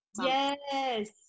Yes